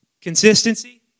Consistency